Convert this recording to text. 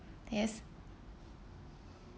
yes